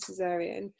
cesarean